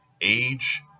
age